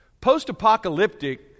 Post-apocalyptic